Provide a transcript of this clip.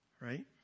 right